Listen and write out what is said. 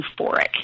euphoric